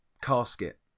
casket